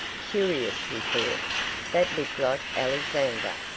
curious, he thought that looked like alexander,